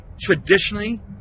traditionally